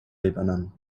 lebanon